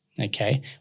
Okay